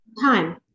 time